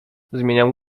zmieniam